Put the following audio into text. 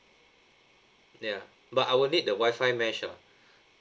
ya but I will need the wifi mesh ah